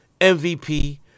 MVP